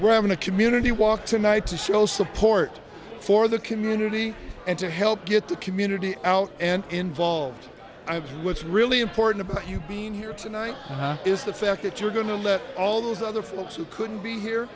we're having a community walk tonight to show support for the community and to help get the community out and involved what's really important about you being here tonight is the fact that you're going to let all those other folks who couldn't be here